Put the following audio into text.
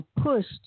pushed